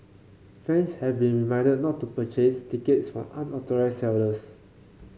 fans have been reminded not to purchase tickets from unauthorised sellers